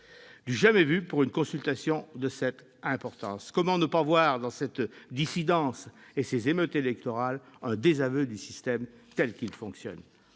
Du jamais vu pour une consultation de cette importance ! Comment ne pas voir dans cette dissidence et ces « émeutes électorales » un désaveu du système tel qu'il fonctionne ?